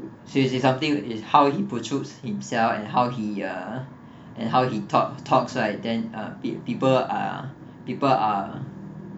she is it something is how he put through himself and how he uh and how he talk talks right then a bit people are people are